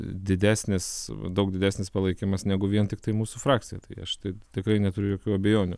didesnis daug didesnis palaikymas negu vien tiktai mūsų frakcija tai aš tai tikrai neturiu jokių abejonių